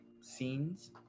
scenes